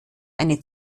eine